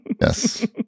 Yes